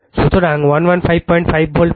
সুতরাং 1155 ভোল্ট পান